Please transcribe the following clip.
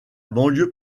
banlieue